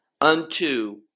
unto